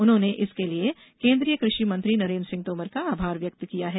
उन्होंने इसके लिये केंद्रीय कृषि मंत्री नरेंद्र सिंह तोमर का आभार व्यक्त किया है